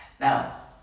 Now